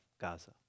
Gaza